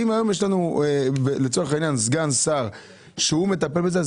אם היום יש לנו סגן שר שהוא מטפל בזה,